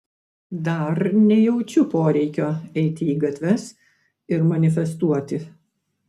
dar nejaučiu poreikio eiti į gatves ir manifestuoti